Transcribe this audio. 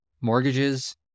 Mortgages